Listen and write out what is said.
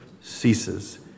ceases